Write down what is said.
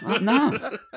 no